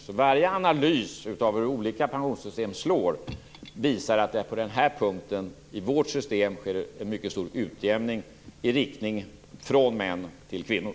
Varje analys av hur olika pensionssystem slår visar att det på den här punkten i vårt system sker en mycket stor utjämning i riktning från män till kvinnor.